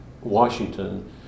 Washington